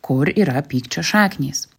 kur yra pykčio šaknys